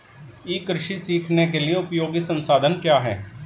ई कृषि सीखने के लिए उपयोगी संसाधन क्या हैं?